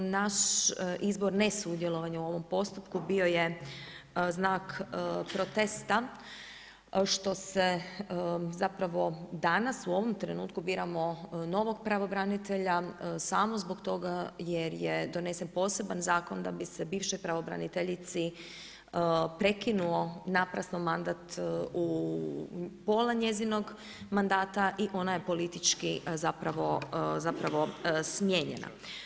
Naš izbor ne sudjelovanja u ovom postupku bio je znak protesta što se zapravo danas u ovom trenutku biramo novog pravobranitelja samo zbog toga jer je donesen poseban zakon da bi se bivšoj pravobraniteljici prekinuo naprasno mandat u pola njezinog mandata i ona je politički zapravo smijenjena.